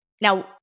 Now